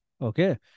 Okay